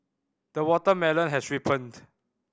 the watermelon has ripened